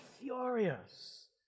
furious